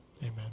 Amen